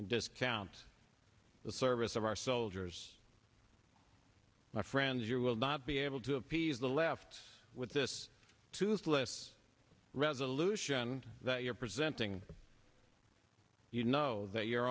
discount the service of our soldiers my friends you will not be able to appease left with this toothless resolution that you're presenting you know that your